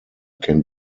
can